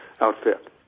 outfit